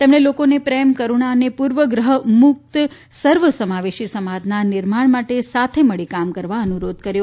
તેમણે લોકોને પ્રેમ કરૂણા અને પૂર્વગ્રહો મુક્ત સર્વસમાવેશી સમાજના નિર્માણ માટે સાથે મળી કામ કરવા અનુરોધ કર્યો